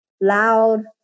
loud